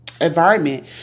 environment